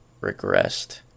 regressed